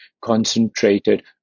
concentrated